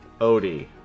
Odie